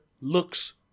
looks